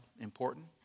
important